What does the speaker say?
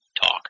talk